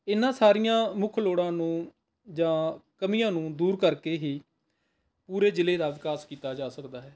ਇਹਨਾਂ ਸਾਰੀਆਂ ਮੁੱਖ ਲੋੜਾਂ ਨੂੰ ਜਾਂ ਕਮੀਆਂ ਨੂੰ ਦੂਰ ਕਰਕੇ ਹੀ ਪੂਰੇ ਜ਼ਿਲ੍ਹੇ ਦਾ ਵਿਕਾਸ ਕੀਤਾ ਜਾ ਸਕਦਾ ਹੈ